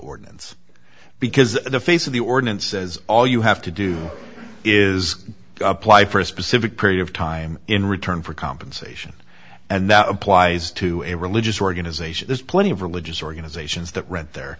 ordinance because the face of the ordinance says all you have to do is apply for a specific period of time in return for compensation and that applies to a religious organization there's plenty of religious organizations that rent there